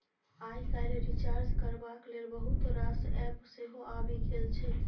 आइ काल्हि रिचार्ज करबाक लेल बहुत रास एप्प सेहो आबि गेल छै